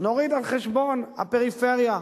נוריד על חשבון הפריפריה,